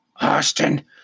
Austin